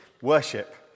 Worship